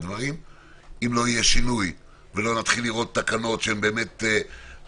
אם לא יהיה שינוי ולא נתחיל לראות תקנות שהן מובנות,